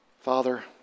Father